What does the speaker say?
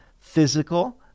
physical